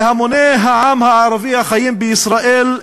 להמוני העם הערבי החיים בישראל,